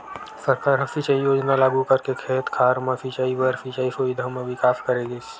सरकार ह सिंचई योजना लागू करके खेत खार म सिंचई बर सिंचई सुबिधा म बिकास करे गिस